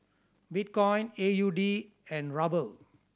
Bitcoin A U D and Ruble